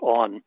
on